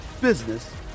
business